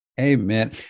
Amen